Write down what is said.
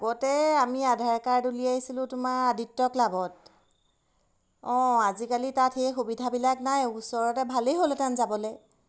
আগতে আমি আধাৰ কাৰ্ড উলিয়াইছিলোঁ তোমাৰ আদিত্য ক্লাবত অঁ আজিকালি তাত সেই সুবিধাবিলাক নাই ওচৰতে ভালেই হ'লহেঁতেন যাবলৈ